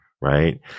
right